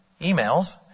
emails